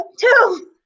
Two